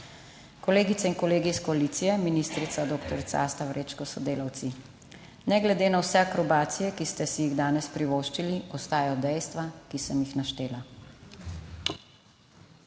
Kolegice in kolegi iz koalicije, ministrica doktorica Asta Vrečko s sodelavci, ne glede na vse akrobacije, ki ste si jih danes privoščili, ostajajo dejstva, ki sem jih naštela.